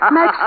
Max